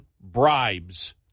bribes